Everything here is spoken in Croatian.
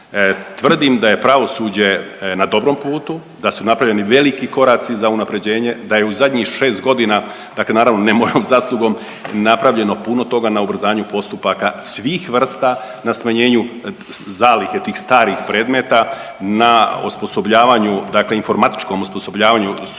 tvrdim da je pravosuđe na dobrom putu, da su napravljeni koraci za unapređenje, da je u zadnjih šest godina dakle naravno ne mojom zaslugom, napravljeno puno toga na ubrzanju postupaka svih vrsta, na smanjenju zalihe tih starih predmeta, na osposobljavanju dakle informatičkom osposobljavanju sudbene